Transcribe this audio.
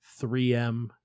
3M